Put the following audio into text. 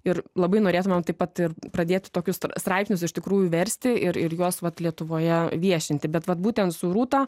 ir labai norėtumėm taip pat ir pradėti tokius straipsnius iš tikrųjų versti ir ir juos vat lietuvoje viešinti bet vat būtent su rūta